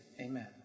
amen